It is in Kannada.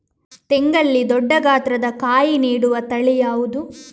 ತೆಂಗಲ್ಲಿ ದೊಡ್ಡ ಗಾತ್ರದ ಕಾಯಿ ನೀಡುವ ತಳಿ ಯಾವುದು?